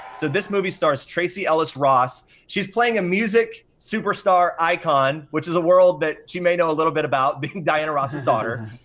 so, this movie stars tracee ellis ross, she's playing a music superstar icon, which is a world that she may know a little bit about, being diana ross's daughter.